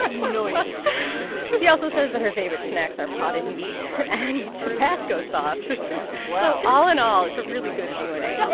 um nice she also says that her favorite snacks are potted meat and tabasco sauce. wow all in all, it's a really good q and a.